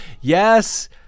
yes